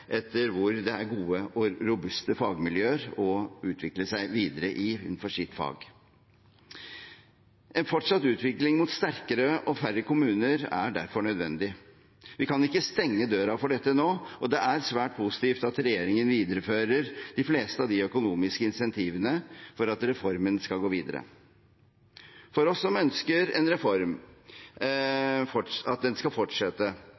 etter hvor det er gode og robuste fagmiljøer å utvikle seg videre i innenfor sitt fag. En fortsatt utvikling mot sterkere – og færre – kommuner er derfor nødvendig. Vi kan ikke stenge døren for dette nå. Det er svært positivt at regjeringen viderefører de fleste av de økonomiske incentivene for at reformen skal gå videre. For oss som ønsker at reformen skal fortsette,